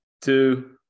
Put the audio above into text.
two